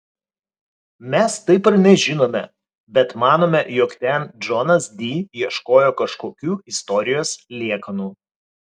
mes taip ir nežinome bet manome jog ten džonas di ieškojo kažkokių istorijos liekanų